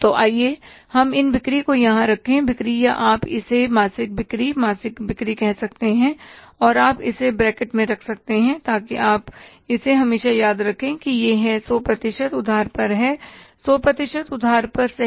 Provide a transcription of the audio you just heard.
तो आइए हम इन बिक्री को यहां रखें बिक्री या आप इसे मासिक बिक्री मासिक बिक्री कह सकते हैं और आप इसे ब्रैकेट में रख सकते हैं ताकि आप इसे हमेशा याद रखें कि यह है 100 प्रतिशत उधार पर है 100 प्रतिशत उधार पर सही